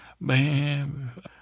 bam